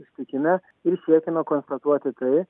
susitikime ir siekiame konstatuoti tai